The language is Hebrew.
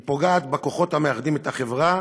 היא פוגעת בכוחות המאחדים את החברה,